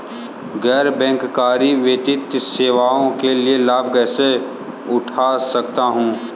गैर बैंककारी वित्तीय सेवाओं का लाभ कैसे उठा सकता हूँ?